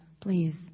please